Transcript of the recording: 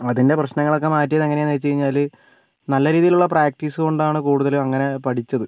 അതിൻ്റെ പ്രശ്നങ്ങളൊക്കെ മാറ്റിയത് എങ്ങനെയാന്ന് വെച്ച് കഴിഞ്ഞാല് നല്ല രീതിയിലുള്ള പ്രാക്ടീസ് കൊണ്ടാണ് കൂടുതലും അങ്ങനെ പഠിച്ചത്